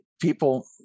people